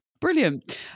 Brilliant